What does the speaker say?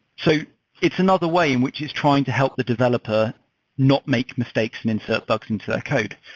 so it's another way and which is trying to help the developer not make mistakes and insert bugs into that code.